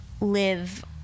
live